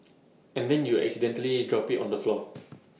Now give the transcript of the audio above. and then you accidentally drop IT on the floor